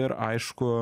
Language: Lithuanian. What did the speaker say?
ir aišku